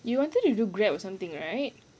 you wanted to do Grab or something right